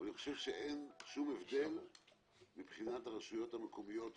אני חושב שאין שום הבדל מבחינת הרשויות המקומיות או